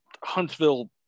Huntsville